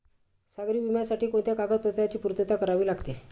सागरी विम्यासाठी कोणत्या कागदपत्रांची पूर्तता करावी लागते?